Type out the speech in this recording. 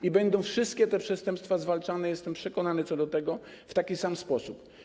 I będą wszystkie te przestępstwa zwalczane, jestem przekonany co do tego, w taki sam sposób.